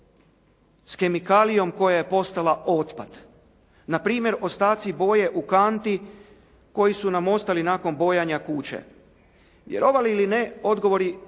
s kemikalijom koja je postala otpad? Npr. ostaci boje u kanti koju su nam ostavili nakon bojanja kuće. Vjerovali ili ne odgovori